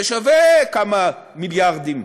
זה שווה כמה מיליארדים